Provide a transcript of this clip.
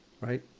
right